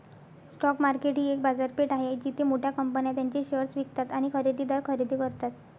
stock market ही एक बाजारपेठ आहे जिथे मोठ्या कंपन्या त्यांचे शेअर्स विकतात आणि खरेदीदार खरेदी करतात